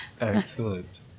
Excellent